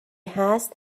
هست